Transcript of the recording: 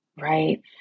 right